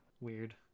weird